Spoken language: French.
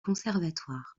conservatoire